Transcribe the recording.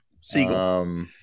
Seagull